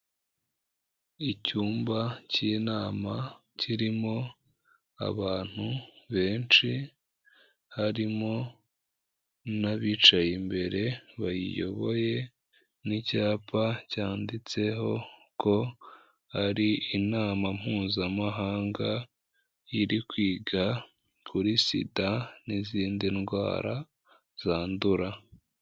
Icyumba cy'inama kirimo abantu benshi, harimo n'abicaye imbere bayiyoboye n'icyapa cyanditseho ko ari inama Mpuzamahanga iri kwiga kuri SIDA n'izindi ndwara zandura.